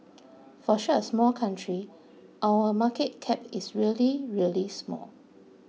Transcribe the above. for such a small country our market cap is really really small